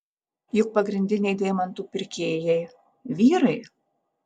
juk pagrindiniai deimantų pirkėjai vyrai